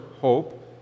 hope